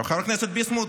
חבר הכנסת ביסמוט,